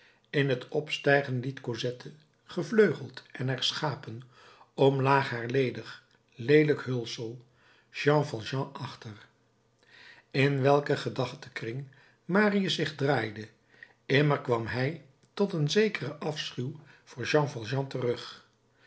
in t opstijgen liet cosette gevleugeld en herschapen omlaag haar ledig leelijk hulsel jean valjean achter in welken gedachtenkring marius zich draaide immer kwam hij tot een zekeren afschuw voor jean valjean terug